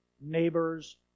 neighbors